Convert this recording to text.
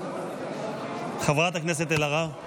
אלהרר